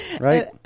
right